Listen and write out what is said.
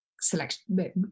selection